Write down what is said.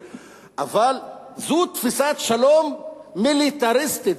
אבל זו תפיסת שלום מיליטריסטית,